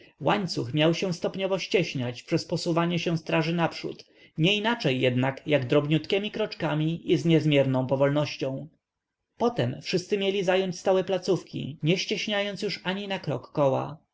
łańcuch miał się stopniowo ścieśniać przez posuwanie się straży na przód nie inaczej jednak jak drobniutkiemi krokami i z niezmierną powolnością potem wszyscy mieli zająć stałe placówki nie ścieśniając już ani na krok koła